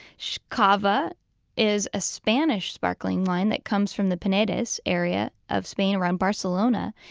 so cava is a spanish sparkling wine that comes from the penedes area of spain around barcelona.